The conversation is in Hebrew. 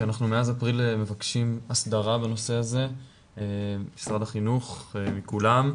כי אנחנו מאז אפריל מבקשים הסדרה בנושא הזה ממשרד החינוך ומכולם.